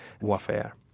warfare